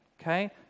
Okay